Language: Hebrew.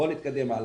בואו נתקדם הלאה.